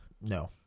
No